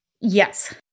Yes